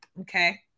Okay